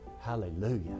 Hallelujah